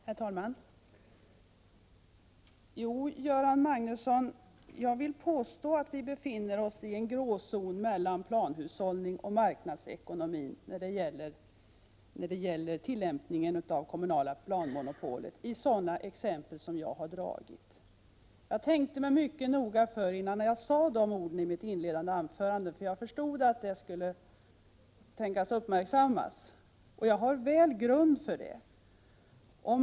Herr talman! Jo, Göran Magnusson, jag vill påstå att vi befinner oss i en gråzon mellan planhushållning och marknadsekonomi när det gäller tillämpningen av det kommunala planmonopolet i sådana exempel som jag har angett. Jag tänkte mig mycket noga för innan jag sade de orden i mitt inledningsanförande, eftersom jag förstod att de skulle komma att uppmärksammas. Men jag har god grund för det jag har sagt.